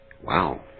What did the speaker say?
Wow